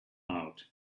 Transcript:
out